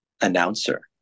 announcer